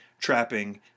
trapping